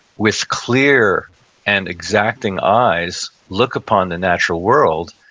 with clear and exacting eyes, look upon the natural world.